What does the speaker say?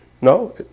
No